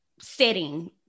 setting